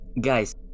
Guys